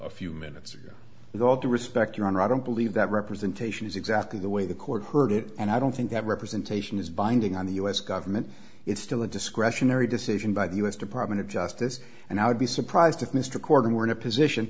a few minutes ago with all due respect your honor i don't believe that representation is exactly the way the court heard it and i don't think that representation is binding on the u s government it's still a discretionary decision by the u s department of justice and i would be surprised if mr cordone were in a position